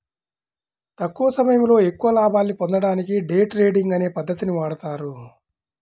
తక్కువ సమయంలో ఎక్కువ లాభాల్ని పొందడానికి డే ట్రేడింగ్ అనే పద్ధతిని వాడతారు